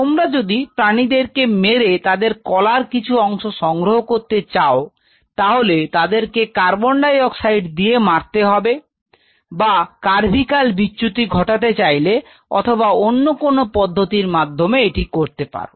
তোমরা যদি প্রাণীদের কে মেরে তাদের কলার কিছু অংশ সংগ্রহ করতে চাও তাহলে তাদেরকে কার্বন ডাই অক্সাইড দিয়ে মারতে হবে বা কারভিকাল বিচ্যুতি ঘটাতেই চাইলে অথবা অন্য কোন পদ্ধতির মাধ্যমে এটি করতে পারো